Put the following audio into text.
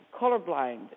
colorblind